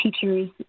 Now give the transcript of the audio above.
teachers